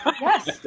yes